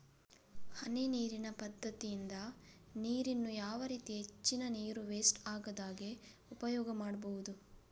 ಹನಿ ನೀರಿನ ಪದ್ಧತಿಯಿಂದ ನೀರಿನ್ನು ಯಾವ ರೀತಿ ಹೆಚ್ಚಿನ ನೀರು ವೆಸ್ಟ್ ಆಗದಾಗೆ ಉಪಯೋಗ ಮಾಡ್ಬಹುದು?